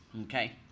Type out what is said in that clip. okay